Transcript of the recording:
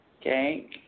Okay